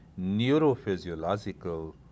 neurophysiological